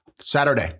Saturday